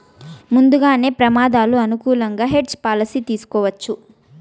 ముందుగానే ప్రమాదాలు అనుకూలంగా హెడ్జ్ పాలసీని తీసుకోవచ్చు